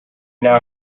now